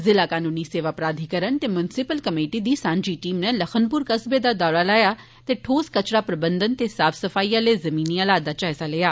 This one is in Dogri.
ज़िला कनूनी सेवा प्राधिकरण ते म्युनिसिपल कमेटी दी सांझी टीम नै लखनपुर कस्बे दा दौरा लाया ते ठोस कचरा प्रबंधन ते साफ सफाई आले जमीनी हालात दा जायजा लैता